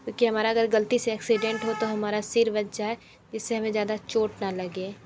क्योंकि हमारा अगर ग़लती से एक्सीडेंट हो तो हमारा सिर बच जाए जिस से हमें ज़्यादा चोट ना लगे